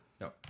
No